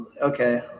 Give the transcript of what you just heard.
Okay